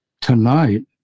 tonight